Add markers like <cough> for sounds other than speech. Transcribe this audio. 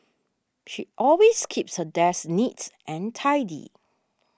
she always keeps her desk <unintelligible> and tidy